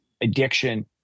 addiction